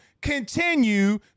continue